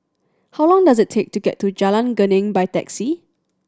how long does it take to get to Jalan Geneng by taxi